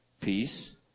peace